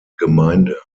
gemeinde